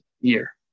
year